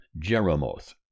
Jeremoth